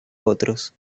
otros